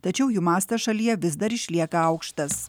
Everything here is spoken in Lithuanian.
tačiau jų mastas šalyje vis dar išlieka aukštas